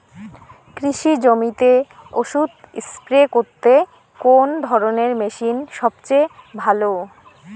কৃষি জমিতে ওষুধ স্প্রে করতে কোন ধরণের মেশিন সবচেয়ে ভালো?